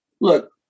look